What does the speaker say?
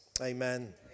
Amen